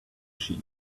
sheep